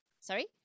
Sorry